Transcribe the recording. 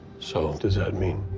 so does that mean.